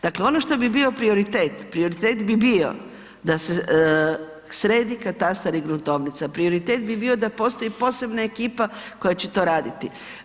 Dakle ono što bi bio prioritet, prioritet bi bio da se sredi katastar i gruntovnica, prioritet bi bio da postoji posebna ekipa koja će to raditi.